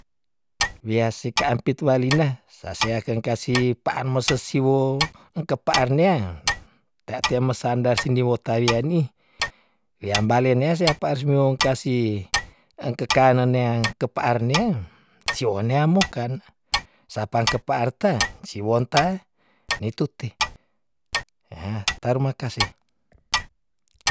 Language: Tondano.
Wia sika ampit walina sasea kang kasi pa an meses siwou engke pa an nea tea te mesandar sini wo tawiani we amba linea si apa ar simiong kasi engke ka nen neang ke paar niang sio nea mokan sapang ke paar ta siwon ta nituti hah tarmakase.